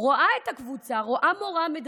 רואה את הקבוצה,